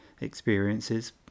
experiences